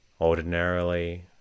Ordinarily